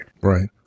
Right